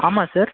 ஆமாம் சார்